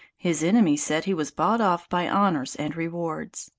his enemies said he was bought off by honors and rewards.